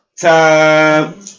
time